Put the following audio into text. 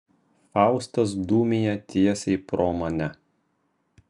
faustas dūmija tiesiai pro mane